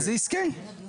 איזה עסקי?